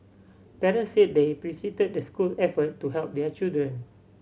parents said they appreciated the school effort to help their children